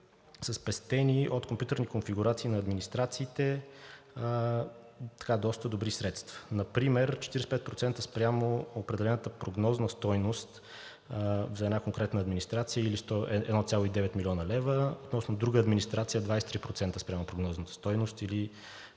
спестени от компютърни конфигурации на администрациите доста добри средства. Например 45% спрямо определената прогнозна стойност за една конкретна администрация или 1,9 млн. лв.; друга администрация – 23% спрямо прогнозната стойност, или